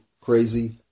crazy